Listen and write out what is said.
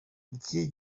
iki